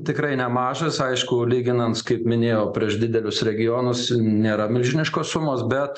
tikrai nemažas aišku lyginants kaip minėjau prieš didelius regionus nėra milžiniškos sumos bet